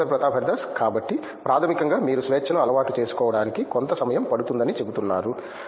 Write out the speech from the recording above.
professor Pratap Haridas కాబట్టి ప్రాథమికంగా మీరు స్వేచ్ఛను అలవాటు చేసుకోవడానికి కొంత సమయం పడుతుందని చెబుతున్నారు